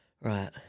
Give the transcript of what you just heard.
Right